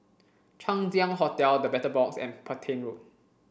Chang Ziang Hotel The Battle Box and Petain Road